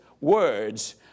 words